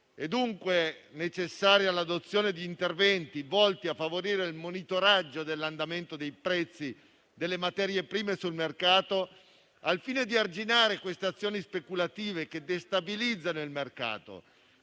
È dunque necessaria l'adozione di interventi volti a favorire il monitoraggio dell'andamento dei prezzi delle materie prime sul mercato al fine di arginare queste azioni speculative che destabilizzano il mercato